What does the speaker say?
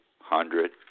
hundred